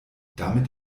damit